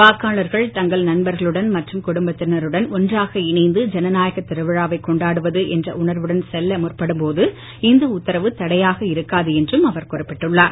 வாக்காளர்கள் தங்கள் நண்பர்களுடன் மற்றும் குடும்பத்தினருடன் ஒன்றாக இணைந்து ஜனநாயக திருவிழாவை கொண்டாடுவது என்ற உணர்வுடன் செல்ல முற்படும் போது இந்த உத்தரவு தடையாக இருக்காது என்றும் அவர் குறிப்பிட்டுள்ளார்